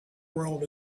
world